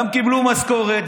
גם קיבלו משכורת.